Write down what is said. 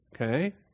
okay